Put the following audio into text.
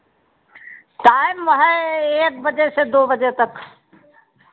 time वही एक बजे से दो बजे तक